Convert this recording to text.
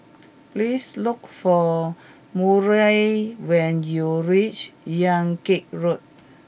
please look for Murray when you reach Yan Kit Road